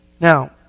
Now